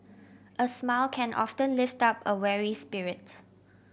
a smile can often lift up a weary spirit